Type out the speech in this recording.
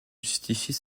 justifie